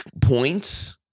points